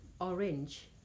Orange